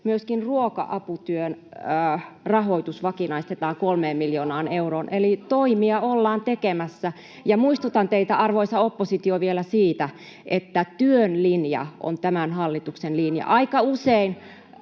myöskin ruoka-aputyön rahoitus vakinaistetaan kolmeen miljoonaan euroon. Eli toimia ollaan tekemässä. Muistutan teitä, arvoisa oppositio, vielä siitä, että työn linja on tämän hallituksen linja. Aika usein